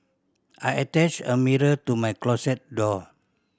I attached a mirror to my closet door